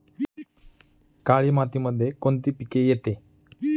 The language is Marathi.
काळी मातीमध्ये कोणते पिके येते?